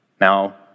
Now